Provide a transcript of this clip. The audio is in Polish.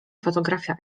fotografia